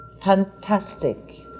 fantastic